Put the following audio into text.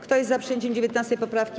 Kto jest za przyjęciem 19. poprawki?